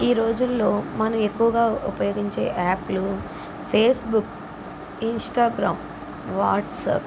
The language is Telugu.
ఈ రోజుల్లో మనం ఎక్కువుగా ఉపయోగించే యాప్లు ఫేస్బుక్ ఇన్స్టాగ్రామ్ వాట్సాప్